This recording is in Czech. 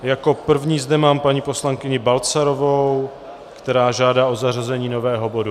Jako první zde mám paní poslankyni Balcarovou, která žádá o zařazení nového bodu.